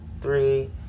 three